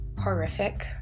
horrific